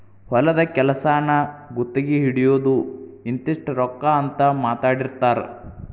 ಹೊಲದ ಕೆಲಸಾನ ಗುತಗಿ ಹಿಡಿಯುದು ಇಂತಿಷ್ಟ ರೊಕ್ಕಾ ಅಂತ ಮಾತಾಡಿರತಾರ